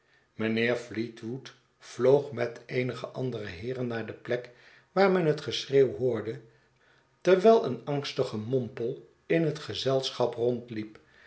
mijnheer fleetwood vloog met eenige andere heeren naar de plek waar men het geschreeuw hoorde terwijl een angstig gemompel in het gezelschap rondliep